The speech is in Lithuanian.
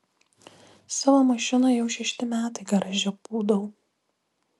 savo mašiną jau šešti metai garaže pūdau